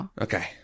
Okay